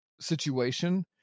situation